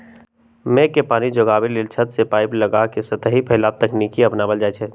मेघ के पानी के जोगाबे लेल छत से पाइप लगा के सतही फैलाव तकनीकी अपनायल जाई छै